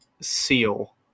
seal